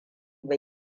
ba